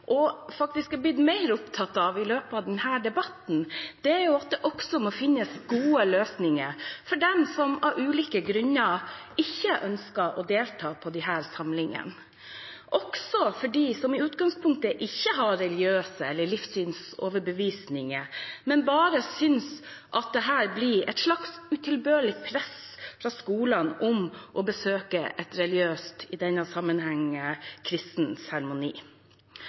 og faktisk er blitt mer opptatt av i løpet av denne debatten – er at det også må finnes gode løsninger for dem som av ulike grunner ikke ønsker å delta i disse samlingene, også for dem som i utgangspunktet ikke har religiøse eller livssynsoverbevisninger, men bare synes at dette blir et slags utilbørlig press fra skolene om å besøke en religiøs, i denne